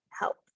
help